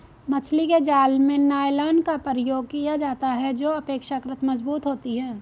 मछली के जाल में नायलॉन का प्रयोग किया जाता है जो अपेक्षाकृत मजबूत होती है